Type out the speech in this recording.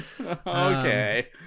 okay